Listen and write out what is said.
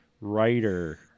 writer